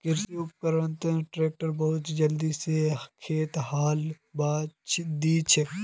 कृषि उपकरणत ट्रैक्टर बहुत जल्दी स खेतत हाल बहें दिछेक